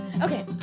okay